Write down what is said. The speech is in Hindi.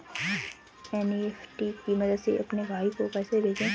एन.ई.एफ.टी की मदद से अपने भाई को पैसे भेजें